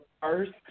first